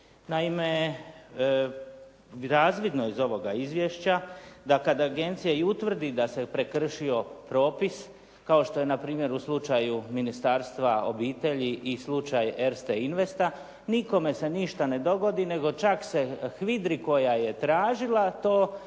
Naime, razvidno je iz ovoga izvješća da kada agencija i utvrdi da se prekršio propis kao što je npr. u slučaju Ministarstva obitelji i slučaj Erste investa, nikome se ništa ne dogodi nego čak se HVIDRA-i koja je tražila to, taj